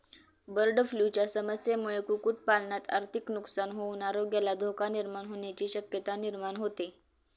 बर्डफ्लूच्या समस्येमुळे कुक्कुटपालनात आर्थिक नुकसान होऊन आरोग्याला धोका निर्माण होण्याची शक्यता निर्माण होते